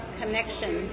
connection